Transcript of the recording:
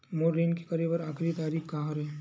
मोर ऋण के करे के आखिरी तारीक का हरे?